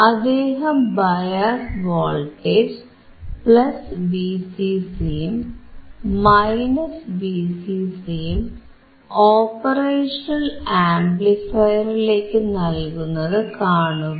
അദ്ദേഹം bias voltage VCC യും VCC യും ഓപ്പറേഷണൽ ആംപ്ലിഫയറിലേക്കു നൽകുന്നതു കാണുക